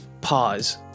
pause